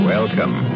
Welcome